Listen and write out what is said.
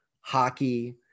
hockey